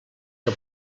que